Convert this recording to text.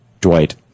Dwight